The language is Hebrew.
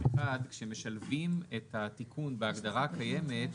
כשמשלבים את התיקון בהגדרה הקיימת,